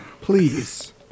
Please